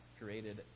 created